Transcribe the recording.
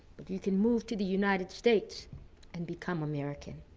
but you can move to the united states and become american.